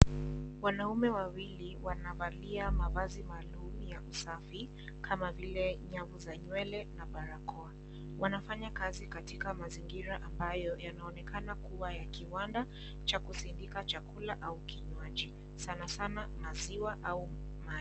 Wanaume wawili wanavalia mavazi maalum ya usafi kama vile nyavu za nywele na barakoa, wanafanya kazi katika mazingira ambayo yanaonekana kua ya kiwanda cha kusindika chakula au kinywaji sanasana maziwa au maji.